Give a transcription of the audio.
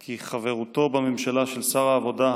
כי חברותו בממשלה של שר העבודה,